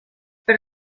per